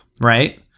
right